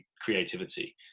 creativity